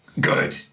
Good